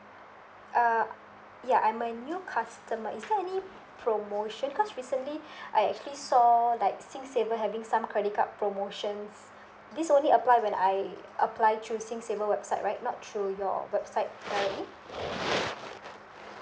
uh ya I'm a new customer is there any promotion because recently I actually saw like singsaver having some credit card promotions this only apply when I apply through singsaver website right not through your website apparently